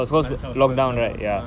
mother's house because lock down ah